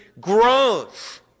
grows